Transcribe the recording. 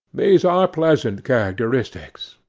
these are pleasant characteristics,